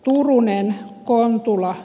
turunen kontulla